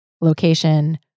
location